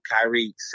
Kyrie